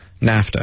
NAFTA